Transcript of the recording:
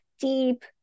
deep